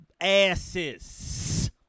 asses